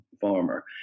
farmer